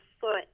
foot